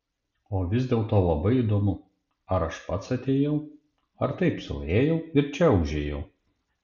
o vis dėlto labai įdomu ar aš pats atėjau ar taip sau ėjau ir čia užėjau